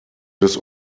des